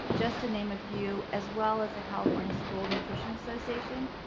just to name a few, as well as the california school nutrition association.